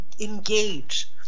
engage